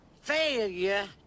failure